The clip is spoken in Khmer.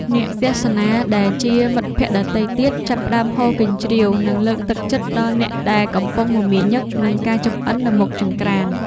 អ្នកទស្សនាដែលជាមិត្តភក្តិដទៃទៀត ចាប់ផ្ដើមហ៊ោកញ្ជ្រៀវ និងលើកទឹកចិត្តដល់អ្នកដែលកំពុងមមាញឹកនឹងការចម្អិននៅមុខចង្ក្រាន។